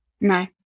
no